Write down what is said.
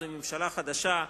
זו ממשלה חדשה.